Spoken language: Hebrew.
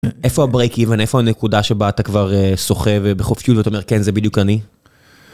איפה הברייקים ואיפה הנקודה שבה אתה כבר סוחב בחופשיות ואתה אומר כן זה בדיוק אני.